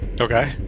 Okay